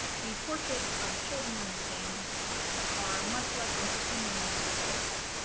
the portraits of children in this game are much less interesting than those of adults